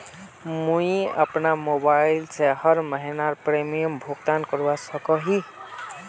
मुई अपना मोबाईल से हर महीनार प्रीमियम भुगतान करवा सकोहो ही?